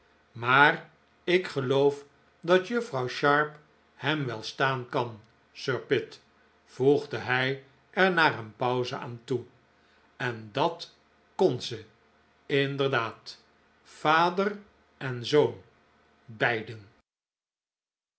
maar ik geloof dat juffrouw sharp hem wel staan lean sir pitt voegde hij er na een pauze aan toe en dat kon ze inderdaad vader en zoon beiden